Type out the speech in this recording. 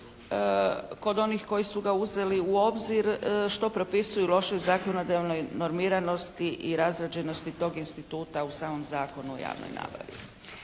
kod onih koji su ga uzeli u obzir što propisuje lošoj zakonodavnoj normiranosti i razrađenosti tog instituta u samom Zakonu o javnoj nabavi.